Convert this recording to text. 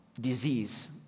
disease